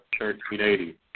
1380